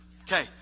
Okay